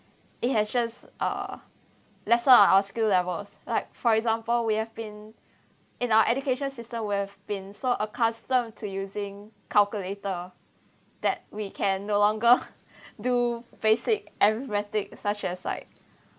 it hatches uh lesser our skill levels like for example we have been in our education system we have been so accustomed to using calculator that we can no longer do basic arithmetic such as like